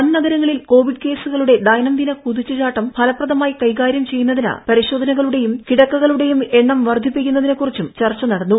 വൻ നഗരങ്ങളിൽ കോവിഡ് കേസുകളുടെ ദൈനംദിന കുതിച്ചുചാട്ടം ഫലപ്രദമായി കൈകാര്യം ചെയ്യുന്നതിന് പരിശോധനകളുടെയും കിടക്കകളു ടെയും എണ്ണം വർദ്ധിപ്പിക്കുന്നതിനെ കുറിച്ചും ചർച്ച നടന്നു